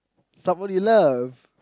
someone you love